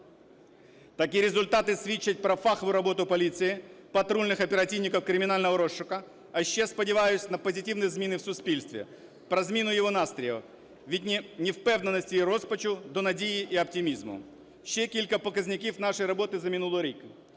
Такі результати свідчать про фахову роботу поліції, патрульних оперативників кримінального розшуку, а ще сподіваюся на позитивні зміни в суспільстві, про зміну його настрою. Від невпевненості і розпачу до надії і оптимізму. Ще кілька показників нашої роботи за минулий рік.